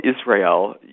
Israel